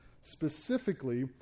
specifically